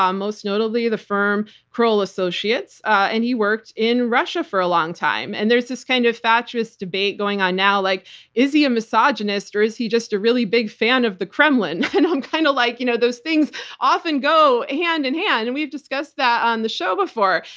um most notably the firm kroll associates, and he worked in russia for a long time. and there's this kind of fatuous debate going on now like is he a misogynist, or is he just a really big fan of the kremlin? i'm um kind of like, you know those things often go hand in hand, and we have discussed that on the show before.